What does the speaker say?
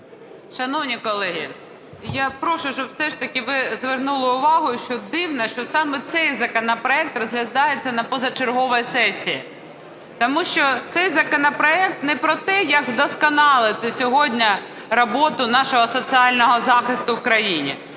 Шановні колеги, я прошу, щоб все ж таки ви звернули увагу, що дивно, що саме цей законопроект розглядається на позачерговій сесії. Тому що цей законопроект не про те, як вдосконалити сьогодні роботу нашого соціального захисту в країні,